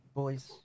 boys